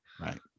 Right